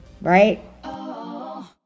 right